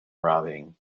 robbing